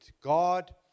God